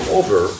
over